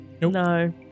No